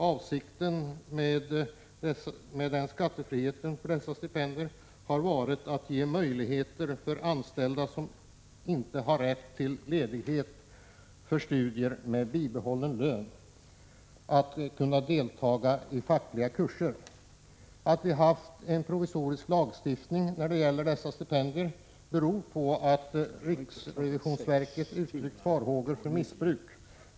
Avsikten med skattefriheten för dessa stipendier har varit att ge möjlighet för anställda som inte har rätt till ledighet för studier med bibehållen lön att kunna delta i fackliga kurser. Det förhållandet att vi har haft en provisorisk lagstiftning när det gällt dessa stipendier beror på att riksrevisionsverket uttryckt farhågor för missbruk.